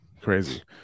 crazy